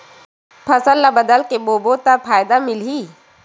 फसल ल बदल के बोबो त फ़ायदा मिलही?